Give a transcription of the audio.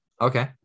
Okay